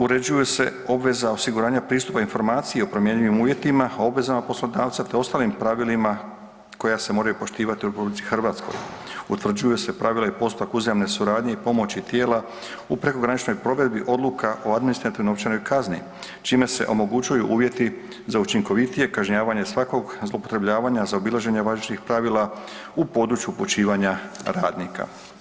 Uređuje se obveza osiguranja pristupa informacije o promjenjivim uvjetima, obvezama poslodavca te ostalim pravilima koja se moraju poštivati u RH. utvrđuju se pravila i postupak uzajamne suradnje i pomoći tijela u prekograničnoj provedbi odluka o administrativno-novčanoj kazni čime se omogućuju uvjeti za učinkovitije kažnjavanje svakog zloupotrebljavanja, zaobilaženja važećih pravila u području upućivanja radnika.